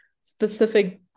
specific